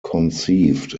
conceived